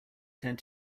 tend